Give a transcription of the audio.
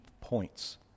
points